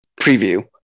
preview